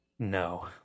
No